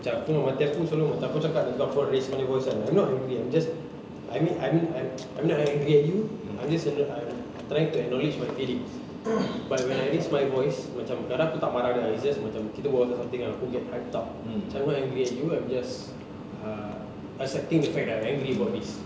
macam aku dengan mata air aku selalu macam aku cakap raised punya voice kan I'm not angry I'm just I mean I mean I'm I'm not angry at you I'm just I'm trying to acknowledge my feelings but when I raise my voice macam kadang aku tak marah dia it's just macam kita berbual pasal something ah we get hype up macam I'm not angry at you I'm just ah accepting the fact that I am angry about this